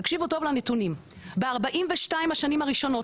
תקשיבו טוב לנתונים ב- 42 השנים הראשונות